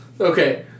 Okay